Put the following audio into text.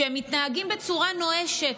שהם מתנהגים בצורה נואשת,